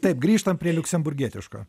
taip grįžtant prie liuksemburgietiško